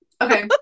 okay